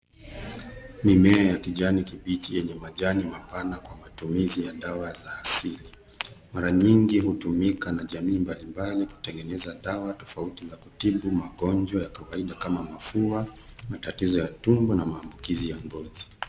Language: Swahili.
Mimea ya kijani kibichi yenye majani mapana kwa matumizi ya dawa za asili. Mara nyingi hutumika, na jamii mbalimbali, kutengeneza dawa tofauti na kutibu magonjwa ya kawaida kama mafua, matatizo ya tumbo, na maambukizi ya ngozi.